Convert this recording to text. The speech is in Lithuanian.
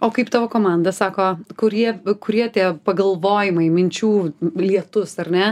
o kaip tavo komanda sako kurie kurie tie pagalvojimai minčių lietus ar ne